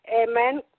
Amen